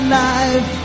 life